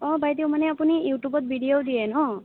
অঁ বাইদেউ মানে আপুনি ইউ টিউবত ভিডিঅ' দিয়ে ন